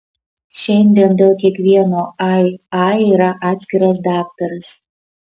šiandien dėl kiekvieno ai ai yra atskiras daktaras